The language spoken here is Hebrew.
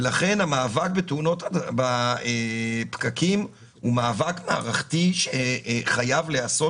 המאבק בפקקים הוא מאבק מערכתי שחייב להיעשות